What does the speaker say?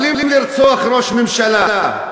יכולים לרצוח ראש ממשלה.